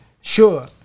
Sure